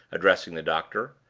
addressing the doctor.